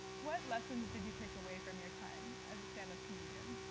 what lessons did you take away from your time as a stand-up comedian?